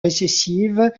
récessive